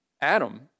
Adam